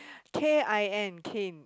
K I N kin